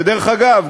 ודרך אגב,